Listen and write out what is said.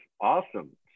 Awesome